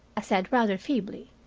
i said, rather feebly.